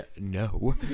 No